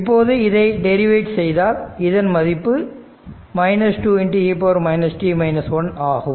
இப்போது இதை டெரிவேட் செய்தால் இதன் மதிப்பு 2e ஆகும்